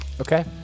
Okay